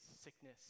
sickness